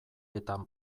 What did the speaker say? eta